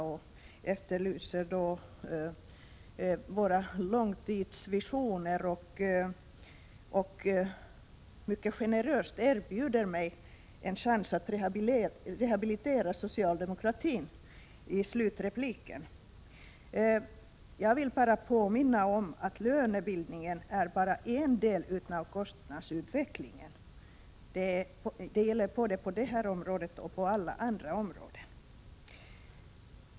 Hon efterlyser våra långtidsvisioner, och erbjuder mig mycket generöst en chans att rehabilitera socialdemokratin i min slutreplik. Jag vill påminna om att lönebildningen bara är en del i kostnadsutvecklingen. Det gäller på detta område och på alla andra områden.